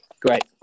Great